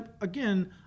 again